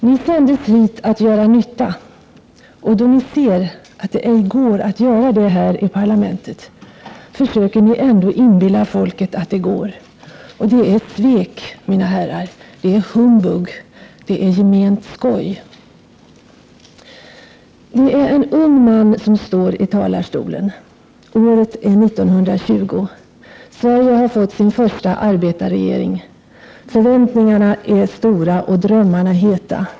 — Ni sändes hit att göra nytta och då Ni ser att det ej går att göra det här i parlamentet, försöker Ni ändå inbilla folket att det går. Det är svek, mina herrar — det är humbug — gement skoj.” Det är en ung man som står i talarstolen. Året är 1920. Sverige har fått sin första arbetarregering. Förväntningarna är stora och drömmarna heta.